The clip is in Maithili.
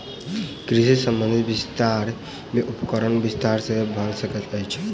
कृषि संबंधी विस्तार मे उपकरणक विस्तार सेहो भ सकैत अछि